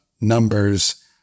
numbers